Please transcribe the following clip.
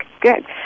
good